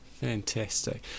fantastic